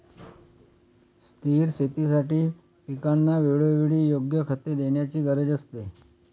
स्थिर शेतीसाठी पिकांना वेळोवेळी योग्य खते देण्याची गरज असते